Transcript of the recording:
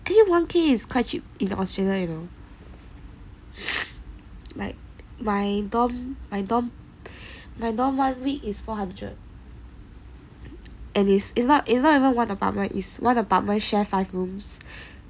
actually monkey is quite cheap in the Australia you know like my dorm my dorm one week is four hundred and it's it's not it's not even one apartment it's one apartment share five rooms